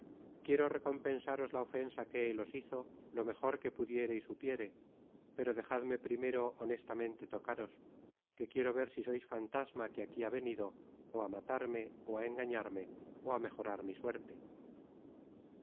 quiero recompensaros la ofensa que él os hizo lo mejor que pudiere y supiere pero dejadme primero honestamente tocaros que quiero ver si sois fantasma que aquí ha venido ó á matarme ó á engañarme ó á mejorar mi suerte